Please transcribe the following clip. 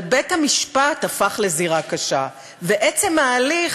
אבל בית-המשפט הפך לזירה קשה, ועצם ההליך,